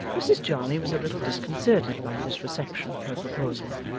mrs jarley was a little disconcerted by this reception of her proposal,